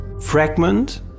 fragment